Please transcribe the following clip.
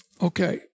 Okay